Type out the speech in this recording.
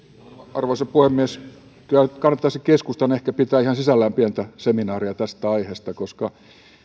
arvoisa puhemies kannattaisi keskustan ehkä pitää ihan sisäisesti pientä seminaaria tästä aiheesta koska